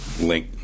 link